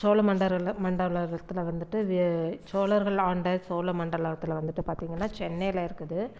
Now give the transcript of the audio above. சோழமண்டர்ல மண்டலத்தில் வந்துட்டு வே சோழர்கள் ஆண்ட சோழமண்டலத்தில் வந்துட்டு பார்த்தீங்கன்னா சென்னையில் இருக்குது